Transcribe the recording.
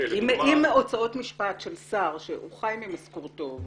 אם הוצאות משפט של שר שהוא חי ממשכורתו,